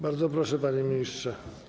Bardzo proszę, panie ministrze.